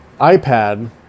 ipad